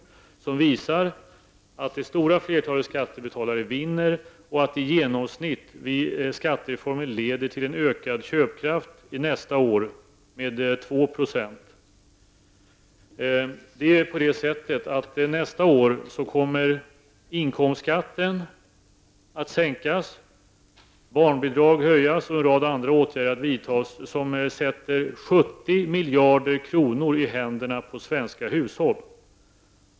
Dessa beräkningar visar att det stora flertalet skattebetalare vinner och att skattereformen nästa år medför en ökning av köpkraften med i genomsnitt 2 %. Nästa år kommer inkomstskatten att sänkas, barnbidragen att höjas och en rad andra åtgärder att vidtas, vilket allt sammantaget sätter 70 miljarder kronor i händerna på svenska hushåll.